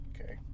Okay